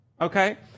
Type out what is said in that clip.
okay